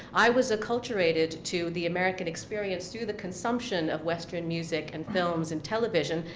i was acculturated to the american experience through the consumption of western music, and films, and television,